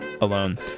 alone